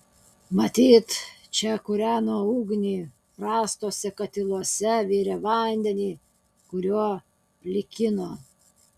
matyt čia kūreno ugnį rastuose katiluose virė vandenį kuriuo plikino